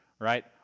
right